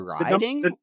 riding